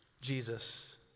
jesus